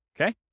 okay